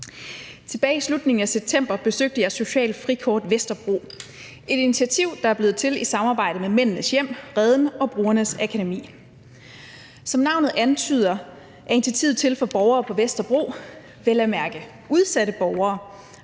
Tilbage i slutningen af september besøgte jeg Socialt Frikort Vesterbro. Det er et initiativ, der er blevet til i samarbejde med Mændenes Hjem, Reden og Brugernes Akademi. Som navnet antyder er initiativet til for borgere på Vesterbro, vel at mærke udsatte borgere,